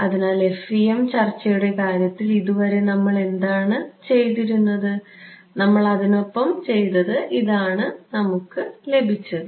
അതിനാൽ FEM ചർച്ചയുടെ കാര്യത്തിൽ ഇതുവരെ നമ്മൾ എന്താണ് ചെയ്തിരുന്നത് നമ്മൾ അതിനൊപ്പം ചെയ്ത് ഇതാണ് നമുക്ക് ലഭിച്ചത്